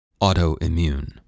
autoimmune